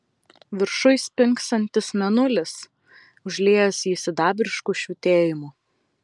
viršuj spingsantis mėnulis užliejęs jį sidabrišku švytėjimu